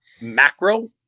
macro